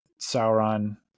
Sauron